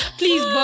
please